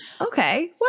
Okay